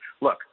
Look